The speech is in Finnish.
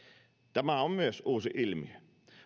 tämä on myös uusi ilmiö